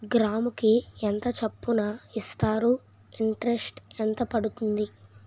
గ్రాముకి ఎంత చప్పున ఇస్తారు? ఇంటరెస్ట్ ఎంత పడుతుంది?